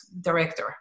director